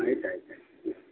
ಆಯ್ತು ಆಯ್ತು ಆಯ್ತು